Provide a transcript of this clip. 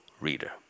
reader